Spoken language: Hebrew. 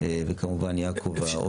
וכמובן יעקב.